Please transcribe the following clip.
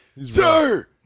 sir